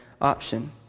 option